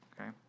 Okay